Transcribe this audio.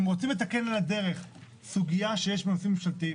אם רוצים לתקן על הדרך סוגיה שיש בה נושאים ממשלתיים,